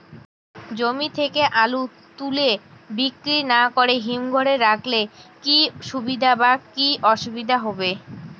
জমি থেকে আলু তুলে বিক্রি না করে হিমঘরে রাখলে কী সুবিধা বা কী অসুবিধা হবে?